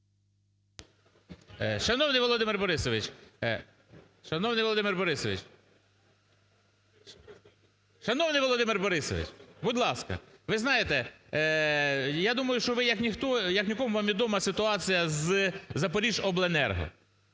Шановний Володимир Борисович! Шановний Володимир Борисович, будь ласка. Ви знаєте, я думаю, що ви як ніхто, як нікому вам відома ситуація з "Запоріжжяобленерго".